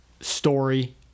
story